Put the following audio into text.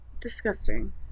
Disgusting